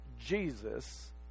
Jesus